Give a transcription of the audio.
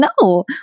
No